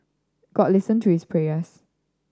god listen to his prayers